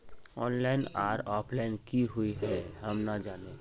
Online आर offline की हुई है हम ना जाने?